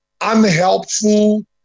unhelpful